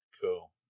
Cool